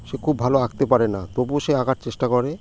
সে খুব ভালো আঁকতে পারে না তবুও সে আঁকার চেষ্টা করে